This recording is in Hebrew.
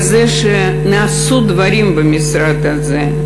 בזה שנעשו דברים במשרד הזה.